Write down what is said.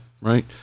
right